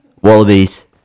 Wallabies